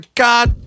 god